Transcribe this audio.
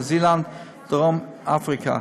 ניו זילנד ודרום אפריקה.